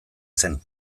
zen